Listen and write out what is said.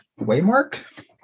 Waymark